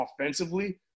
offensively